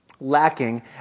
lacking